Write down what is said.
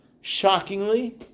Shockingly